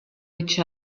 each